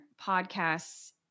podcasts